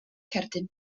cerdyn